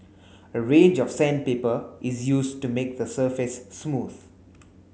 a range of sandpaper is used to make the surface smooth